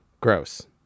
Gross